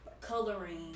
Coloring